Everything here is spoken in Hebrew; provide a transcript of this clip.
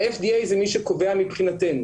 ה-FDA זה מי שקובע מבחינתנו.